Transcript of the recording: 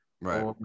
Right